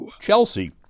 Chelsea